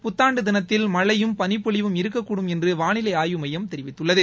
புத்தான்டு தினத்தில் மழையும் பளிப்பொழிவும் இருக்கக்கூடும் என்று வாளிலை ஆய்வு மையம் தெரிவித்துள்ளது